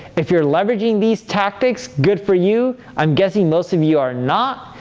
if you're leveraging these tactics, good for you. i'm guessing most of you are not.